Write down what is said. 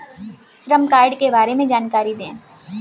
श्रम कार्ड के बारे में जानकारी दें?